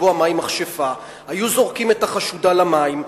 לקבוע מהי מכשפה: היו זורקים את החשודה למים,